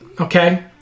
okay